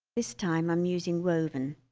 this time i'm using woven